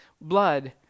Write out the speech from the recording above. blood